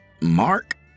Mark